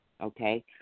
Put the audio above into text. okay